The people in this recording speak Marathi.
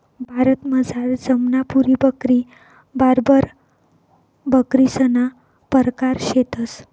भारतमझार जमनापुरी बकरी, बार्बर बकरीसना परकार शेतंस